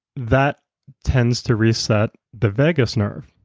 that tends to reset the vagus nerve.